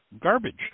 garbage